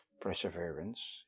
perseverance